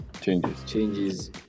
changes